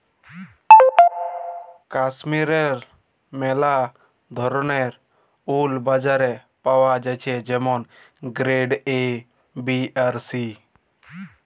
কাশ্মীরেল্লে ম্যালা ধরলের উল বাজারে পাওয়া জ্যাছে যেমল গেরেড এ, বি আর সি